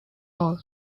all